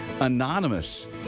anonymous